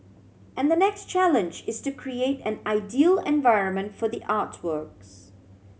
and the next challenge is to create an ideal environment for the artworks